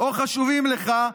תודה רבה.